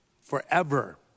forever